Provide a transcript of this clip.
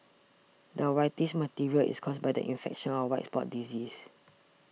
the whitish material is caused by the infection of white spot disease